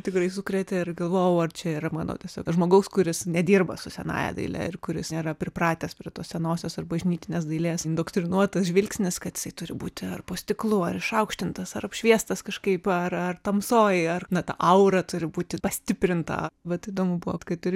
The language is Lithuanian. tikrai sukrėtė ir galvojau ar čia yra mano tiesiog žmogaus kuris nedirba su senąja daile ir kuris nėra pripratęs prie tos senosios ar bažnytinės dailės indoktrinuotas žvilgsnis kad jisai turi būti ar po stiklu ar išaukštintas ar apšviestas kažkaip ar ar tamsoj ar na ta aura turi būti pastiprinta vat įdomu buvo kai turi